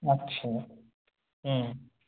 আচ্ছা